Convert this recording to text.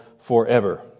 forever